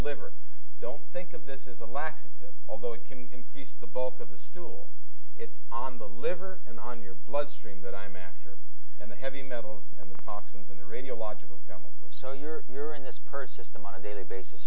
liver don't think of this is a laxative although it can increase the bulk of the stool it's on the liver and on your bloodstream that i'm after and the heavy metals and the toxins in the radiological chemical or so your urine this persis time on a daily basis